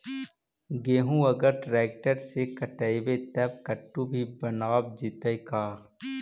गेहूं अगर ट्रैक्टर से कटबइबै तब कटु भी बनाबे जितै का?